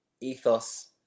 ethos